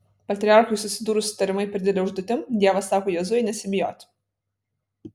patriarchui susidūrus su tariamai per didele užduotim dievas sako jozuei nesibijoti